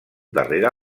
darrere